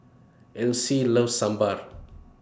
Alcie loves Sambar